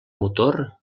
motor